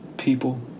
people